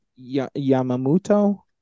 Yamamoto